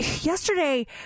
yesterday